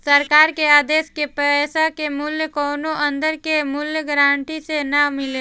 सरकार के आदेश के पैसा के मूल्य कौनो अंदर के मूल्य गारंटी से ना मिलेला